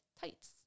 tights